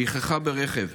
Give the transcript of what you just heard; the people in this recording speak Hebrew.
שכחה ברכב: